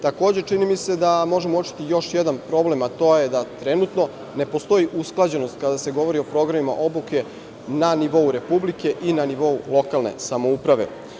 Takođe, čini mi se da možemo uočiti još jedan problem, a to je da trenutno ne postoji usklađenost, kada se govori o programima obuke, na nivou Republike i na nivou lokalne samouprave.